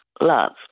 love